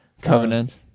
Covenant